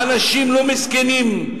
האנשים לא מסכנים.